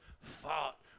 fought